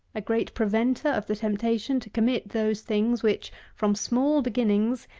a great preventer of the temptation to commit those things, which, from small beginnings,